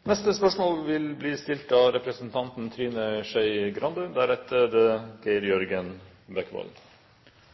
Jeg har sendt inn følgende spørsmål: